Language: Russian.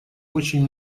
очень